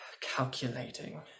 calculating